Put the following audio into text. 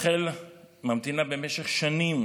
רחל המתינה במשך שנים